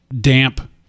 damp